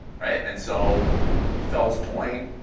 right? and so fells point,